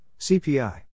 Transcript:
CPI